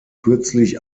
kürzlich